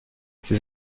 ses